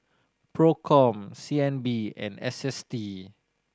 Procom C N B and S S T